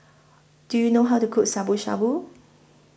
Do YOU know How to Cook Shabu Shabu